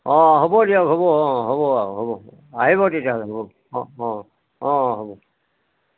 অঁ হ'ব দিয়ক হ'ব অঁ হ'ব হ'ব আহিব তেতিয়াহ'লে হ'ব অঁ অঁ অঁ হ'ব